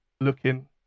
looking